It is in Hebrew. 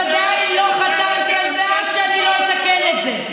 עדיין לא חתמתי על זה, עד שאני לא אקבל את זה.